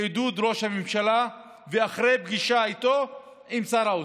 בעידוד ראש הממשלה ואחרי פגישה איתו ועם שר האוצר.